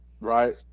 right